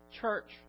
Church